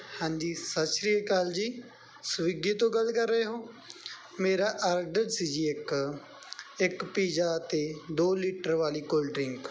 ਹਾਂਜੀ ਸਤਿ ਸ਼੍ਰੀ ਅਕਾਲ ਜੀ ਸਵਿੱਗੀ ਤੋਂ ਗੱਲ ਕਰ ਰਹੇ ਹੋ ਮੇਰਾ ਆਰਡਰ ਸੀ ਜੀ ਇੱਕ ਇੱਕ ਪੀਜ਼ਾ ਅਤੇ ਦੋ ਲੀਟਰ ਵਾਲੀ ਕੋਲਡ ਡਰਿੰਕ